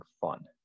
fun